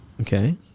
Okay